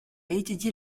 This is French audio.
étudier